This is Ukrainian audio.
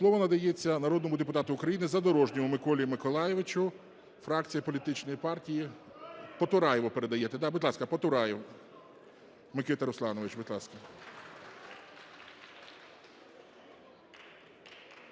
Слово надається народному депутату України Задорожньому Миколі Миколайовичу, фракція політичної партії... Потураєву передаєте, да? Будь ласка, Потураєв. Микита Русланович, будь ласка.